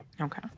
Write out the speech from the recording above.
Okay